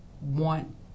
want